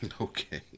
Okay